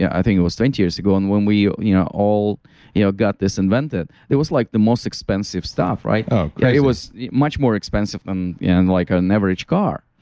yeah i think it was twenty years ago and when we you know all you know got this invented, it was like the most expensive stuff, right? yeah it was much more expensive than and like ah an average car.